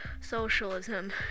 socialism